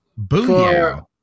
Booyah